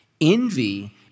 Envy